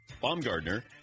Baumgartner